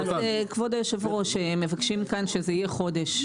כבוד היושב-ראש, מבקשים שזה יהיה חודש.